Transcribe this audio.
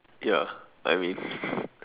ya I mean